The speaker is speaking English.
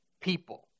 people